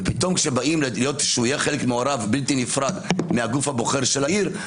ופתאום כשבאים שהוא יהיה חלק מעורב בלתי נפרד מהגוף הבוחר של העיר,